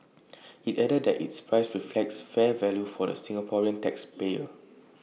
IT added that its price reflects fair value for the Singaporean tax payer